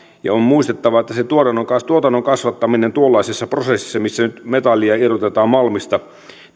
ja on muistettava että se tuotannon kasvattaminen tuollaisessa prosessissa missä nyt metallia irrotetaan malmista